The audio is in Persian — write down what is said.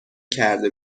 کرده